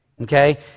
okay